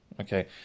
okay